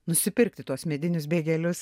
nusipirkti tuos medinius bėgelius